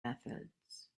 methods